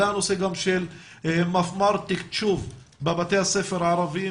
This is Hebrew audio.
גם עלה הנושא של מפמ"ר תקשוב בבתי הספר הערבים,